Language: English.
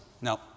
No